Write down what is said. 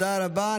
תודה רבה.